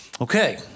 Okay